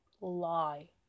lie